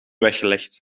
weggelegd